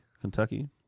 kentucky